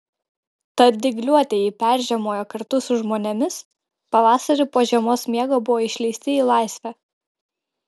tad dygliuotieji peržiemojo kartu su žmonėmis pavasarį po žiemos miego buvo išleisti į laisvę